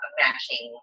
matching